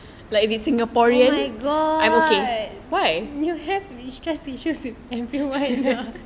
oh my god you have the stress issue with everyone ah